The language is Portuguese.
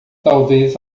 talvez